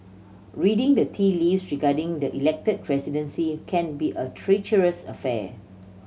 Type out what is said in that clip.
reading the tea leaves regarding the Elected Presidency can be a treacherous affair